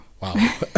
wow